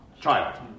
child